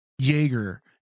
Jaeger